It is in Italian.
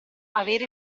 avere